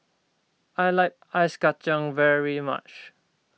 I like Ice Kachang very much